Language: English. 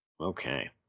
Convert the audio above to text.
Okay